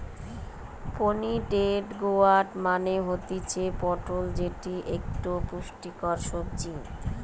pointed গোয়ার্ড মানে হতিছে পটল যেটি একটো পুষ্টিকর সবজি